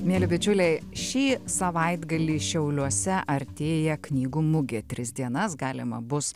mieli bičiuliai šį savaitgalį šiauliuose artėja knygų mugė tris dienas galima bus